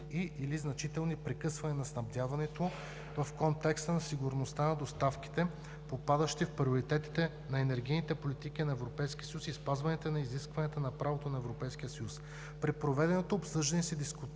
и/или значителни прекъсвания на снабдяването, в контекста на сигурността на доставките, попадащи в приоритетите на енергийните политики на Европейския съюз и спазване на изискванията на правото на Европейския съюз. При проведеното обсъждане се дискутира